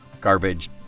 garbage